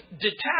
detached